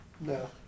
No